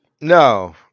No